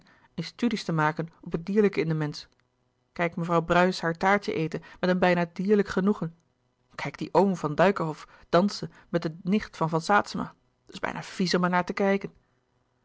studies te maken op het dierlijke in den mensch kijk mevrouw bruys haar taartje eten met een bijna dierlijk ge noegen kijk dien oom van dijkerhof dansen met de nicht van van saetzema het is bijna vies om er naar te kijken